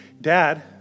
Dad